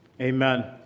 amen